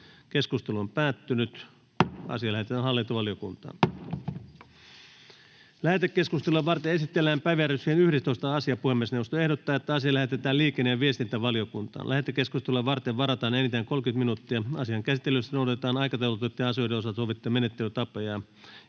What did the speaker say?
22 §:n muuttamisesta Time: N/A Content: Lähetekeskustelua varten esitellään päiväjärjestyksen 11. asia. Puhemiesneuvosto ehdottaa, että asia lähetetään liikenne‑ ja viestintävaliokuntaan. Lähetekeskusteluun varataan enintään 30 minuuttia. Asian käsittelyssä noudatetaan aikataulutettujen asioiden osalta sovittuja menettelytapoja.